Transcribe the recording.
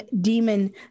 demon